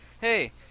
hey